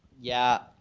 yeah,